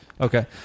Okay